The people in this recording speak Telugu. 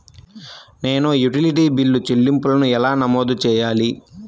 నేను యుటిలిటీ బిల్లు చెల్లింపులను ఎలా నమోదు చేయాలి?